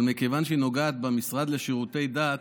אבל מכיוון שהיא נוגעת במשרד לשירותי דת,